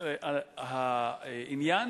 העניין